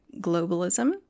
globalism